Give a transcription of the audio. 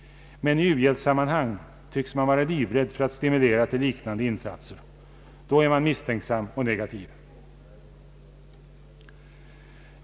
Men i u-hjälpssammanhang tycks man vara livrädd för att stimulera till liknande insatser. Då är man misstänksam och negativ.